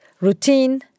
routine